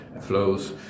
flows